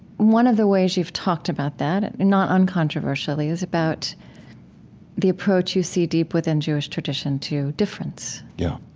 one of the ways you've talked about that, not uncontroversially, is about the approach you see deep within jewish tradition to difference yeah.